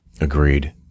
Agreed